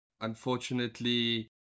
Unfortunately